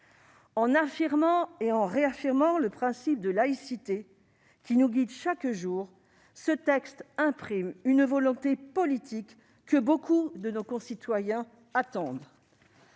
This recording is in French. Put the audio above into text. En affirmant et en réaffirmant le principe de laïcité qui nous guide chaque jour, ce texte imprime une volonté politique que beaucoup de nos concitoyens attendent.